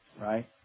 Right